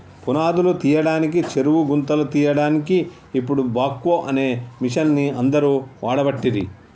పునాదురు తీయడానికి చెరువు గుంతలు తీయడాన్కి ఇపుడు బాక్వో అనే మిషిన్ని అందరు వాడబట్టిరి